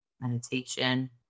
meditation